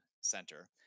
center